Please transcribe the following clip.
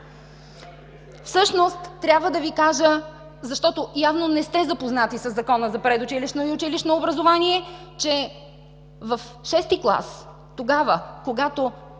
Всъщност трябва да Ви кажа, защото явно не сте запознати със Закона за предучилищно и училищно образование, че в шести клас, когато